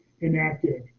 enacted